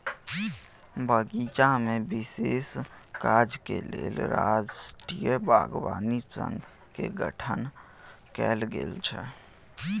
बगीचामे विशेष काजक लेल राष्ट्रीय बागवानी संघ केर गठन कैल गेल छल